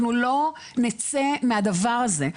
אנחנו לא נצא מהדבר הזה.